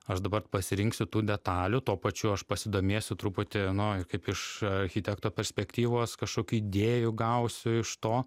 aš dabar pasirinksiu tų detalių tuo pačiu aš pasidomėsiu truputį nu kaip iš architekto perspektyvos kažkokių idėjų gausiu iš to